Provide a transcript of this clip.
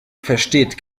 versteht